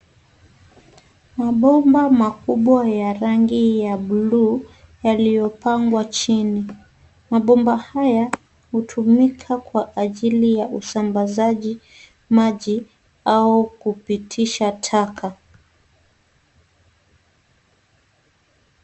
Mabomba makubwa ya rangi ya bluu, yaliyopangwa chini. Mabomba haya hutumika kwa ajili ya usambazaji maji au kupitisha taka.